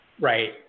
Right